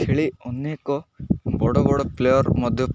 ଖେଳି ଅନେକ ବଡ଼ ବଡ଼ ପ୍ଲେୟାର୍ ମଧ୍ୟ